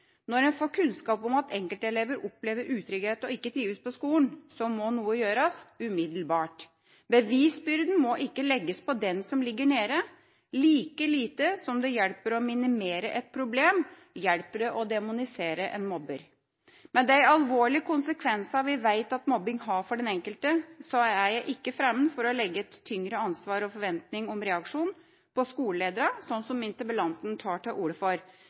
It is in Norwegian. Når en får kunnskap om at enkeltelever opplever utrygghet og ikke trives på skolen, må noe gjøres umiddelbart. Bevisbyrden må ikke legges på den som ligger nede. Like lite som det hjelper å minimere et problem, hjelper det å demonisere en mobber. Med de alvorlige konsekvensene vi vet at mobbing har for den enkelte, er jeg ikke fremmed for å legge et tyngre ansvar og en større forventning om reaksjon på skolelederne, slik som interpellanten tar til orde for,